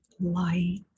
light